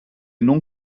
non